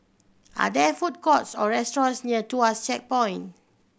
are there food courts or restaurants near Tuas Checkpoint